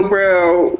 Brown